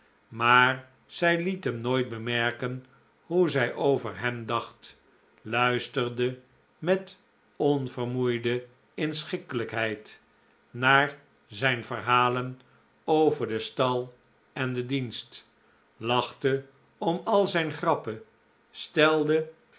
maar zij liet hem nooit bemerken hoe zij over hem dacht luisterde met onvermoeide inschikkelijkheid naar zijn verhalen over den stal en den dienst lachte om al zijn grappen stelde